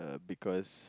because